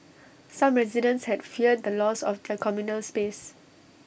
some residents had feared the loss of their communal space